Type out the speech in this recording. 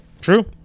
True